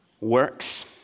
works